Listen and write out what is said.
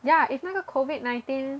ya if 那个 COVID nineteen